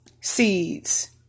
seeds